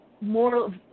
more